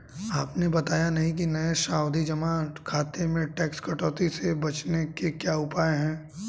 आपने बताया नहीं कि नये सावधि जमा खाते में टैक्स कटौती से बचने के क्या उपाय है?